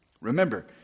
Remember